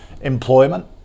employment